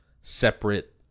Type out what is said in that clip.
separate